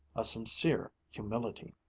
a sincere humility.